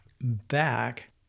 back